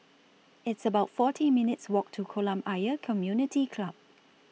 It's about forty minutes' Walk to Kolam Ayer Community Club